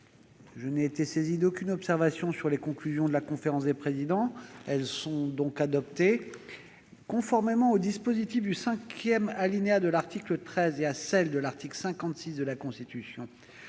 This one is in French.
Je n'ai été saisi d'aucune observation sur les conclusions de la conférence des présidents. Elles sont donc adoptées. Conformément aux dispositions du cinquième alinéa de l'article 13 et à celles de l'article 56 de la Constitution,